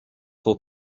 for